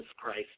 Christ